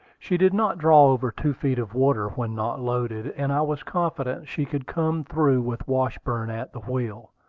she did not draw over two feet of water when not loaded, and i was confident she could come through with washburn at the wheel.